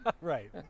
Right